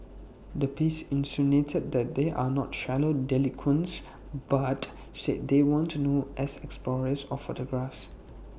the piece insinuated that they are not shallow delinquents but said they want to known as explorers or photographs